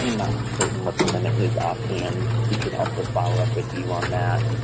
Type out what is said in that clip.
not certain what the limit is offhand. we could also follow-up with you on that.